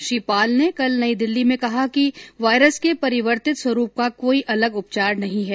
Shri Paul ने कल नई दिल्ली में कहा कि वायरस के परिवर्तित स्वरूप का कोई अलग उपचार नहीं है